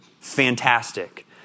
Fantastic